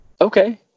okay